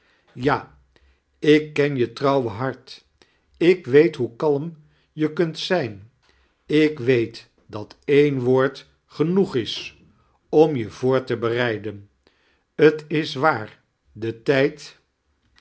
ja ik ken je ttrouwe hart ik wee hoe kalm je kunt zijn ik weet dat een wootrd genoeg is om j voor t bereiden t is waar de trjd